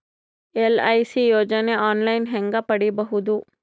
LIC ಯೋಜನೆ online ಹೇಂಗ ಪಡಿಬಹುದು?